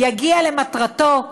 יגיע למטרתו,